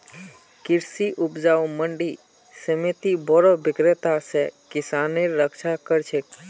कृषि उपज मंडी समिति बोरो विक्रेता स किसानेर रक्षा कर छेक